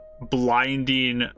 blinding